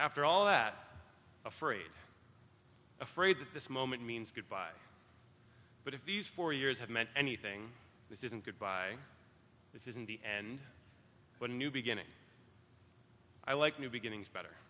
after all that afraid afraid that this moment means goodbye but if these four years have meant anything this isn't goodbye this isn't the end but a new beginning i like new beginnings better